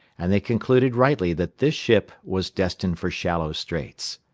and they concluded rightly that this ship was destined for shallow straits.